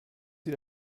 sie